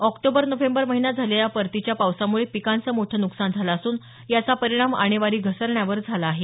October November महिन्यात झालेल्या परतीच्या पावसामुळे पिकांचं मोठ नुकसान झालं असून याचा परिणाम आणेवारी घसरण्यावर झाला आहे